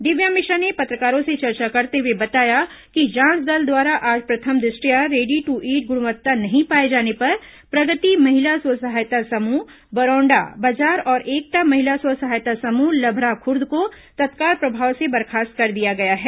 दिव्या मिश्रा पत्रकारों से चर्चा करते हुए बताया कि जांच दल द्वारा आज प्रथम दृष्टया रेडी दू ईट गुणवत्तापूर्ण नहीं पाए जाने पर प्रगति महिला स्व सहायता समूह बरोंडा बाजार और एकता महिला स्व सहायता समूह लभराखुर्द को तत्काल प्रभाव से बर्खास्त कर दिया गया है